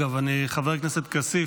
אגב, חבר הכנסת כסיף,